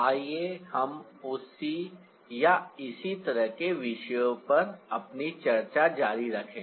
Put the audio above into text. आइए हम उसी या इसी तरह के विषयों पर अपनी चर्चा जारी रखें